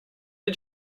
did